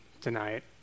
tonight